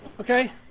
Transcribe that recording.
okay